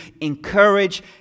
encourage